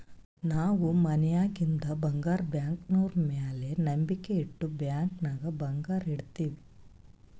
ನಾವ್ ಮನ್ಯಾಗಿಂದ್ ಬಂಗಾರ ಬ್ಯಾಂಕ್ನವ್ರ ಮ್ಯಾಲ ನಂಬಿಕ್ ಇಟ್ಟು ಬ್ಯಾಂಕ್ ನಾಗ್ ಬಂಗಾರ್ ಇಡ್ತಿವ್